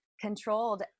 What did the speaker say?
controlled